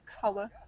color